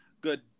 good